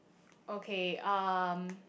okay um